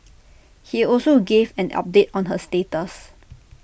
he also gave an update on her status